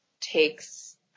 takes